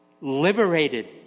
liberated